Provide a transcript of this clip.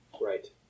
Right